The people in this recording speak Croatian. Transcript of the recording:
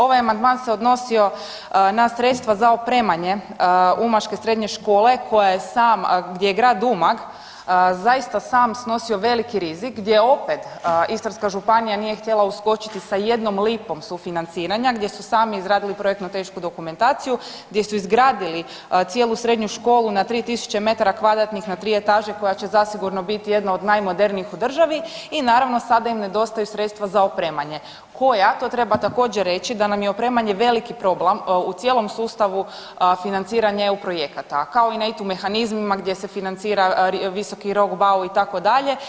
Ovaj amandman se odnosio na sredstva za opremanje umaške srednje škole koja je sama gdje je Grad Umag zaista sam snosio veliki rizik gdje opet Istarska županija nije htjela uskočiti sa 1 lipom sufinanciranja, gdje su sami izradili projektno-tehničku dokumentaciju, gdje su izgradili cijelu srednju školu na 3000 metara kvadratnih na 3 etaže koja će zasigurno biti jedna od najmodernijih u državi i naravno sada im nedostaju sredstva za opremanje, koja, to treba također reći da nam je opremanje veliki problem u cijelom sustavu financiranje EU projekata kao i na … mehanizmima gdje se financira visoki rok bau itd.